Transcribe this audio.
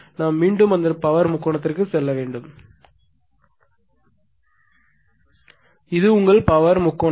நாம் மீண்டும் அந்த பவர் முக்கோணத்திற்கு செல்ல வேண்டும் இது உங்கள் பவர் முக்கோணம்